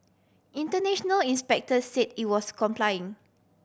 international inspector said it was complying